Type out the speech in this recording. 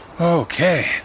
Okay